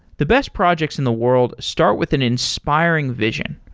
the best projects in the world start with an inspiring vision,